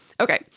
okay